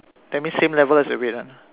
that means same level as the red one